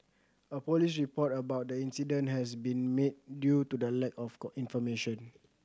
a police report about the incident has been made due to the lack of information